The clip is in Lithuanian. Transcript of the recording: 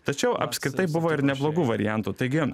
tačiau apskritai buvo ir neblogų variantų taigi